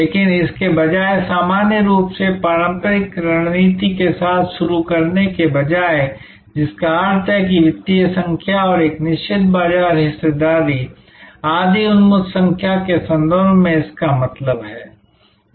लेकिन इसके बजाय सामान्य रूप से पारंपरिक रणनीति के साथ शुरू करने के बजाय जिसका अर्थ है कि वित्तीय संख्या और एक निश्चित बाजार हिस्सेदारी आदि उन्मुख संख्या के संदर्भ में इसका मतलब है